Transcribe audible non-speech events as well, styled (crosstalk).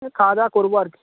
(unintelligible) খাওয়া দাওয়া করব আর কি